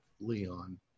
Leon